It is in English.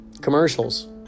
commercials